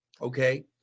Okay